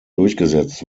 durchgesetzt